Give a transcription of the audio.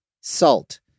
Salt